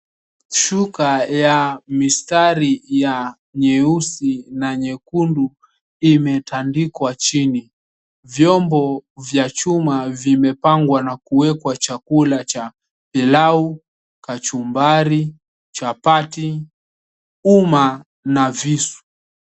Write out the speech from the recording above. Shuka ya rangi ya mistari ya nyeusi na nyekundu imetandikwa chini. Vyombo vya chuma vimepangwa na kuwekwa chakula cha pilau, kachumbari, chapati, uma na visu.